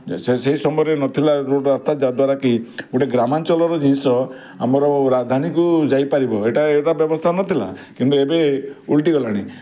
ସେହି ସମୟରେ ନଥିଲା ରୋଡ଼୍ ରାସ୍ତା ଯାହା ଦ୍ୱାରା କି ଗୋଟେ ଗ୍ରାମାଞ୍ଚଳର ଜିନିଷ ଆମର ରାଜଧାନୀକୁ ଯାଇପାରିବ ଏଇଟା ଏଇଟା ବ୍ୟବସ୍ଥା ନଥିଲା କିନ୍ତୁ ଏବେ ଓଲଟି ଗଲାଣି